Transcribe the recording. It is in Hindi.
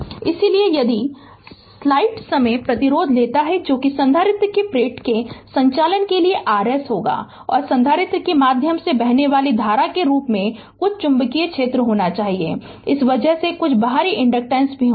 इसलिए यदि स्लाइड समय प्रतिरोध लेता है जो संधारित्र की प्लेट के संचालन के लिए Rs होगा और संधारित्र के माध्यम से बहने वाली धारा के रूप में कुछ चुंबकीय क्षेत्र होना चाहिए इस वजह से कुछ बाहारी इन्डकटेंसेस भी होगे